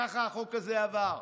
ככה החוק הזה עבר.